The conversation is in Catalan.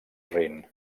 rin